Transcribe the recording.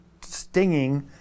stinging